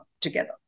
together